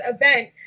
event